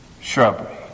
Shrubbery